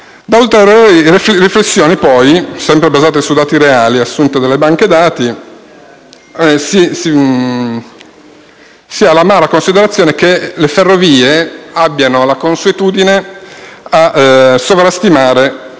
Da ulteriori riflessioni poi, basate sempre su dati reali assunti dalle banche dati, si giunge all'amara considerazione che le Ferrovie hanno la consuetudine a sovrastimare